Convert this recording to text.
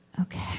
Okay